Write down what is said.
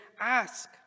Ask